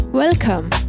Welcome